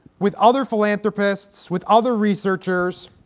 with other philanthropists with other researchers